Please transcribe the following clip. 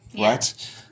right